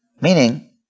Meaning